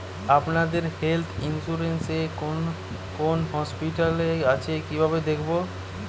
আপনাদের health insurance এ কোন কোন হসপিটাল আছে কিভাবে দেখবো?